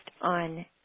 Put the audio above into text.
on